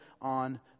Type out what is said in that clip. on